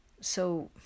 So